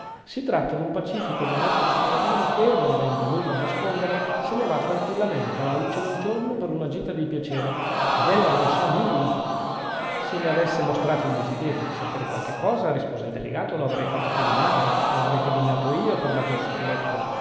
si tratta d'un pacifico ed onesto cittadino che non avendo nulla a nascondere se ne va tranquillamente alla luce del giorno per una gita di piacere ed ella non sa nulla se mi avesse mostrato il desiderio di sapere qualche cosa rispose il delegato lo avrei fatto pedinare lo avrei pedinato io per maggior sicurezza